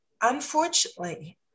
unfortunately